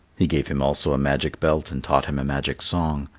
he gave him also a magic belt and taught him a magic song,